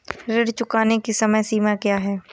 ऋण चुकाने की समय सीमा क्या है?